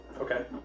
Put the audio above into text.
Okay